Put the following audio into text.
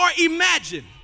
imagine